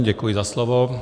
Děkuji za slovo.